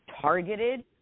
targeted